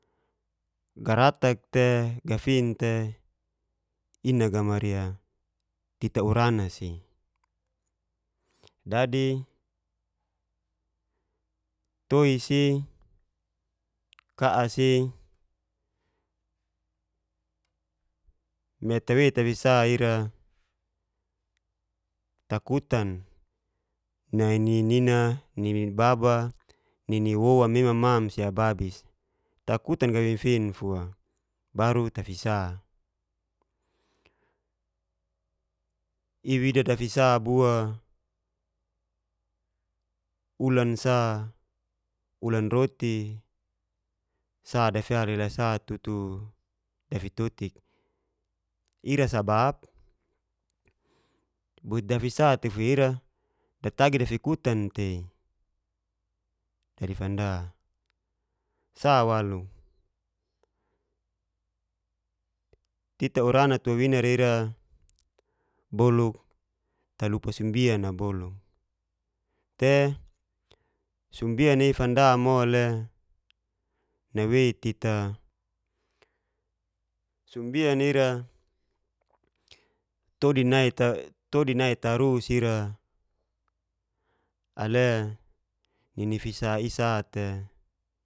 Garatak te gafin te i'nagamari kita urana si dadi toi si ka'a si me tawei tafi sa ira takutan nai nini nina nini baba nini woma mema mam si ababis takutan gafin-fin fua baru tafi sa i'wida dafis bua ulan sa ulan roti sa dasial dalela sa tutu dafitotik ira sabap bit dafisa tefua ira datagi dafikutan tei dadi fanda. Sa walu tita urana tu wawinara ira boluk talupa sumbian'a boluk te sumbian'a ifanda mole nawei tita sumbian'a ira todi nai tarus ira ale nini fisa isa'te.